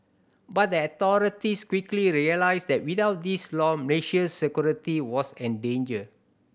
but the authorities quickly realised that without this law Malaysia's security was endangered